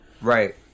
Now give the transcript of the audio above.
Right